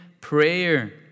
prayer